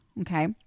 Okay